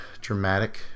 dramatic